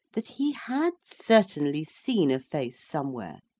that he had certainly seen a face somewhere,